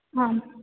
आम्